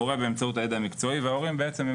המורה באמצעות הידע המקצועי וההורים בעצם,